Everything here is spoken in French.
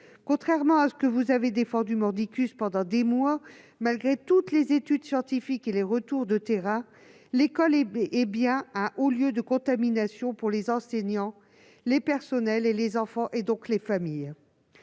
Contrairement à ce que vous avez défendu pendant des mois, malgré toutes les études scientifiques et les retours de terrain, l'école est donc bien un haut lieu de contamination pour les enseignants, les personnels, les enfants, et donc les familles.